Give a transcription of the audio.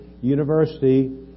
University